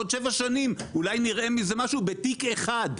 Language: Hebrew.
עוד שבע שנים אולי נראה מזה משהו בתיק אחד,